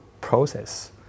process